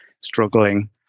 struggling